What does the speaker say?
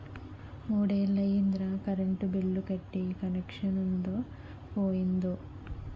మూడ్నెల్లయ్యిందిరా current bill కట్టీ కనెచ్చనుందో పోయిందో